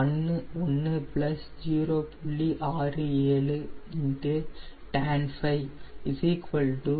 67 tan5 0